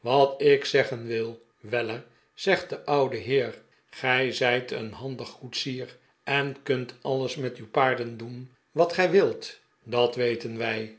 wat ik zeggen wil weller zegt de oude heer gij zijt een handig koetsier en kunt alles met uw paarden doen wat gij wilt dat weten wij